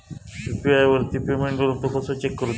UPI वरती payment इलो तो कसो चेक करुचो?